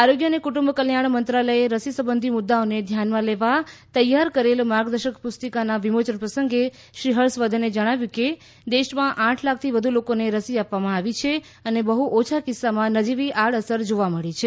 આરોગ્ય અને કુટુંબ કલ્યાણ મંત્રાલયે રસી સંબંધી મુદ્દાઓને ધ્યાનમાં લેવા તૈયાર કરેલ માર્ગદર્શક પુસ્તિકાના વિમોચન પ્રસંગે શ્રી હર્ષવર્ધને જણાવ્યું કે દેશમાં આઠ લાખથી વધુ લોકોને રસી આપવામાં આવી છે અને બહુ ઓછા કિસ્સાઓમાં નજીવી આડઅસર જોવા મળી છે